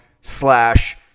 slash